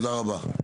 תודה רבה.